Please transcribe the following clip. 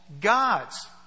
gods